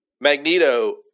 Magneto